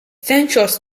cenšos